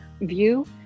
view